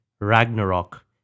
ragnarok